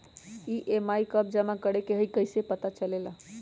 EMI कव जमा करेके हई कैसे पता चलेला?